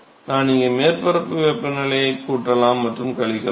நான் இங்கே மேற்பரப்பு வெப்பநிலையைச் கூட்டலாம் மற்றும் கழிக்கலாம்